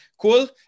Cool